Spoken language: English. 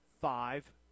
five